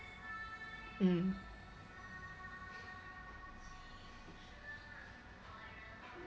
mm